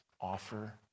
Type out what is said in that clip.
offer